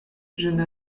jeune